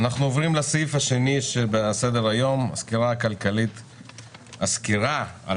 אנחנו עוברים לסעיף השני שעל סדר היום: הסקירה על